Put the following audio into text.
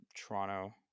Toronto